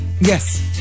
Yes